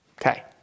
Okay